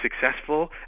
successful